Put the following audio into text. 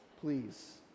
Please